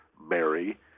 mary